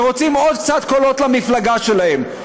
שרוצים עוד קצת קולות למפלגה שלהם.